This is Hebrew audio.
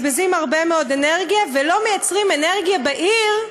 ולא מייצרים אנרגיה בעיר,